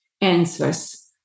answers